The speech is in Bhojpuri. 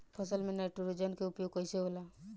फसल में नाइट्रोजन के उपयोग कइसे होला?